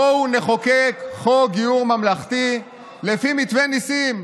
בואו נחוקק חוק גיור ממלכתי לפי מתווה ניסים.